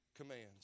commands